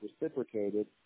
reciprocated